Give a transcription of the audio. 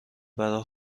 برا